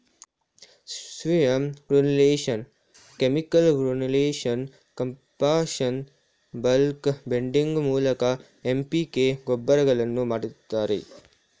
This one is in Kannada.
steam granulation, chemical granulation, compaction, bulk blending ಮೂಲಕ ಎಂ.ಪಿ.ಕೆ ಗೊಬ್ಬರಗಳನ್ನು ಮಾಡ್ತರೆ